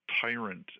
tyrant